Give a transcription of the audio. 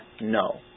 No